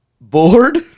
Bored